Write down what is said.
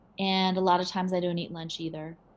and a lot of times, i don't eat lunch either.